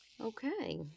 Okay